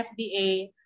FDA